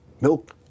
milk